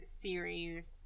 series